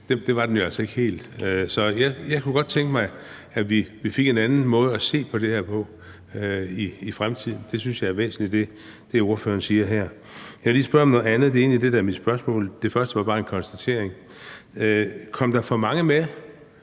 det var den jo altså ikke helt. Så jeg kunne godt tænke mig, at vi fik en anden måde at se på det her på i fremtiden. Jeg synes, det, ordføreren siger her, er væsentligt. Jeg vil lige spørge om noget andet, og det er egentlig det, der er mit spørgsmål, for det første var bare en konstatering: Kom der for mange med